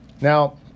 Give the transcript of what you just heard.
Now